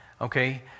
Okay